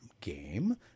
game